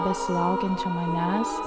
besilaukiančią manęs